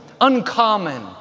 uncommon